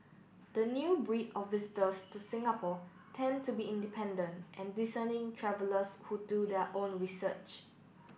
the new breed of visitors to Singapore tend to be independent and discerning travellers who do their own research